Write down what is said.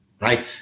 right